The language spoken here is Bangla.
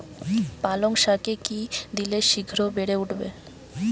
পালং শাকে কি দিলে শিঘ্র বেড়ে উঠবে?